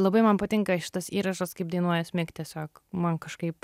labai man patinka šitas įrašas kaip dainuoja asmik tiesiog man kažkaip